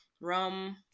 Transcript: rum